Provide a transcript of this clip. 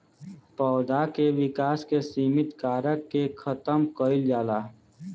पौधा के विकास के सिमित कारक के खतम कईल जाला